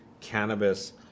cannabis